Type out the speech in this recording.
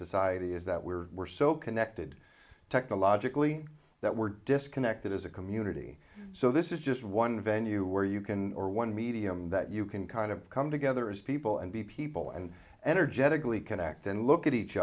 society is that we're we're so connected technologically that we're disconnected as a community so this is just one venue where you can or one medium that you can kind of come together as people and be people and energetically connect and look at each